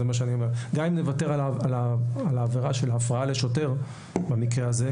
גם אם נוותר על העבירה של הפרעה לשוטר במקרה הזה,